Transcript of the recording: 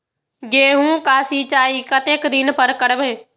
गेहूं का सीचाई कतेक दिन पर करबे?